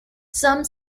some